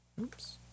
Oops